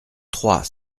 trois